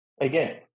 Again